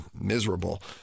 miserable